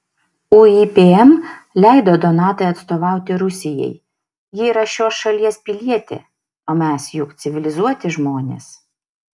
uipm leido donatai atstovauti rusijai ji yra šios šalies pilietė o mes juk civilizuoti žmonės